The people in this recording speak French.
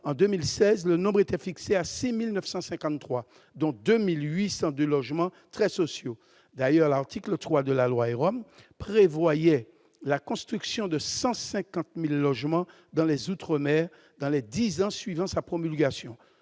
en 2016 le nombre était fixé à 6953 dont 2802 logements très sociaux, d'ailleurs, l'article 3 de la loi et Rome prévoyait la construction de 150000 logements dans les outre-mer dans les 10 ans suivant sa promulgation,